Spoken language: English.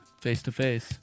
face-to-face